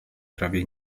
prawie